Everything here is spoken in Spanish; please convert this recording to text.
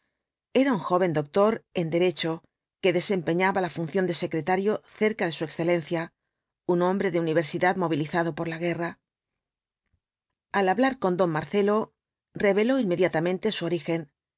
era un joven doctor en derecho que desempeñaba la función de secretario cerca de su excelencia un hombre de universidad movilizado por la guerra al hablar con don marcelo reveló inmediatamente su origen